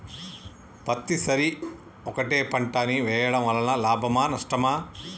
పత్తి సరి ఒకటే పంట ని వేయడం వలన లాభమా నష్టమా?